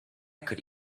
could